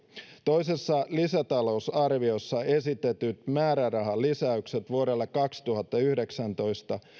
toisessa lisätalousarviossa esitetyt määrärahalisäykset vuodelle kaksituhattayhdeksäntoista